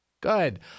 Good